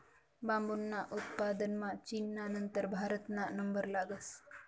बांबूना उत्पादनमा चीनना नंतर भारतना नंबर लागस